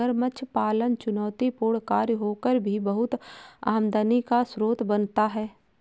मगरमच्छ पालन चुनौतीपूर्ण कार्य होकर भी बहुत आमदनी का स्रोत बनता है